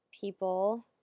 people